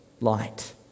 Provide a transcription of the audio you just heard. light